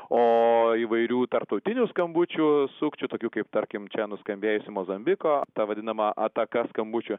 o įvairių tarptautinių skambučių sukčių tokių kaip tarkim čia nuskambėjusi mozambiko ta vadinama ataka skambučių